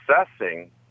assessing